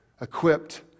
equipped